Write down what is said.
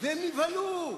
והם נבהלו.